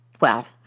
Well